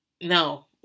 no